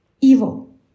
evil